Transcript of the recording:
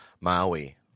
Maui